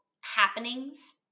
happenings